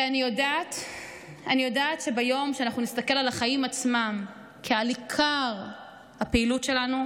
ואני יודעת שביום שאנחנו נסתכל על החיים עצמם כעל עיקר הפעילות שלנו,